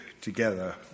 together